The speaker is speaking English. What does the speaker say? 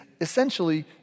essentially